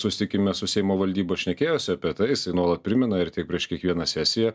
susitikime su seimo valdyba šnekėjosi apie tai jis nuolat primena ir taip prieš kiekvieną sesiją